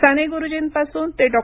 साने गुरुजींपासून ते डॉ